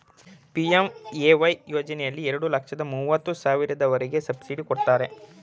PMAY ಯೋಜನೆಯಲ್ಲಿ ಎರಡು ಲಕ್ಷದ ಮೂವತ್ತು ಸಾವಿರದವರೆಗೆ ಸಬ್ಸಿಡಿ ಕೊಡ್ತಾರೆ